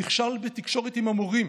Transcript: נכשל בתקשורת עם המורים.